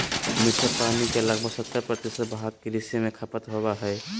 मीठे पानी के लगभग सत्तर प्रतिशत भाग कृषि में खपत होबो हइ